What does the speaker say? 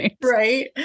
right